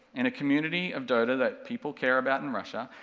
in a community of dota that people care about in russia,